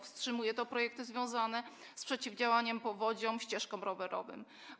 Wstrzymuje to projekty związane z przeciwdziałaniem powodziom, ścieżkami rowerowymi.